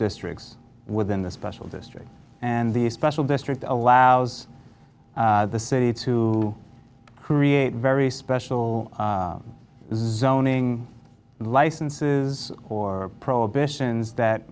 subdistricts within the special district and the special district allows the city to create very special zoning licenses or prohibitions that